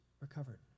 recovered